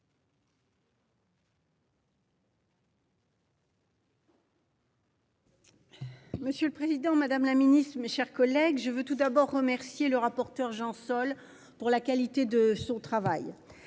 Monsieur le Président Madame la Ministre, mes chers collègues, je veux tout d'abord remercier le rapporteur Jean-Sol pour la qualité de son travail.